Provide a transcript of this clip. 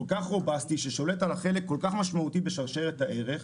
כל כך בומבסטי ששולט על חלק כל כך משמעותי בשרשרת הערך.